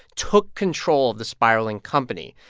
took control of the spiraling company,